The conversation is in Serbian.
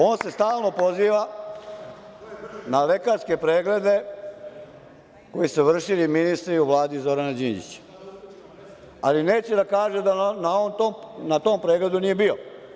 On se stalno poziva na lekarske preglede koje su vršili ministri u Vladi Zorana Đinđića, ali neće da kaže da on na tom pregledu nije bio.